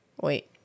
wait